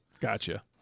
gotcha